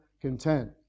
content